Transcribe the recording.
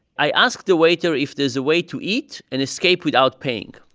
i ask the waiter if there's a way to eat and escape without paying.